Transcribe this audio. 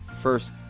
first